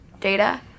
data